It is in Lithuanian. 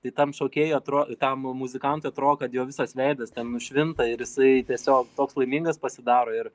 tai tam šokėjui atro tam muzikantui atro kad jo visas veidas ten nušvinta ir jisai tiesiog toks laimingas pasidaro ir